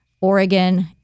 Oregon